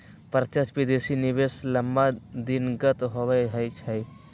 प्रत्यक्ष विदेशी निवेश लम्मा दिनगत होइ छइ